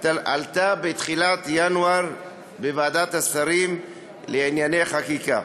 עלתה בתחילת ינואר בוועדת השרים לענייני חקיקה.